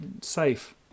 safe